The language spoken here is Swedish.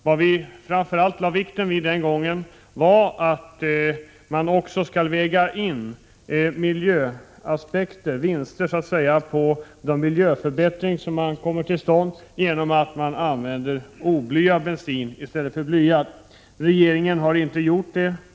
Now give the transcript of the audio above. Vad vi framför allt lade vikt vid den gången var att man också skulle väga in miljöaspekter, dvs. de vinster i form av miljöförbättring som kommer till stånd genom att oblyad bensin används i stället för blyad. Det har regeringen inte gjort.